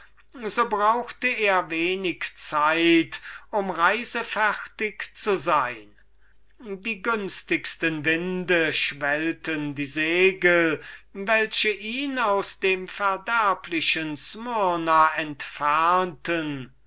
so brauchte er wenig zeit um reisefertig zu sein die günstigsten winde schwellten die segel welche ihn aus dem verderblichen smyrna entfernen